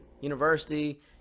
University